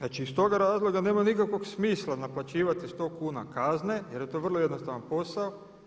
Dakle iz toga razloga nema nikakvog smisla naplaćivati sto kuna kazne jer je to vrlo jednostavan posao.